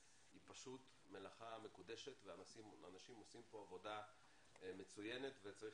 היא פשוט מלאכה מקודשת ואנשים עושים פה עבודה מצוינת וצריך